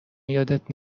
یادت